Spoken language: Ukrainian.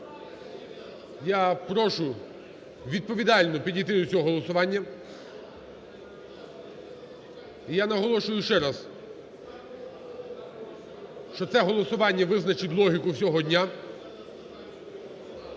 я прошу відповідально підійти до цього голосування. Я наголошую ще раз, що це голосування визначить логіку всього дня.